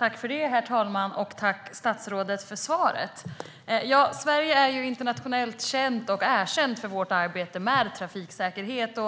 Herr talman! Tack, statsrådet, för svaret! Sverige är internationellt känt och erkänt för arbetet med trafiksäkerhet.